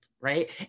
Right